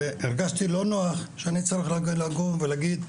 והרגשתי לא נוח שאני צריך לבוא ולהגיד,